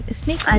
snake